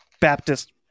Baptist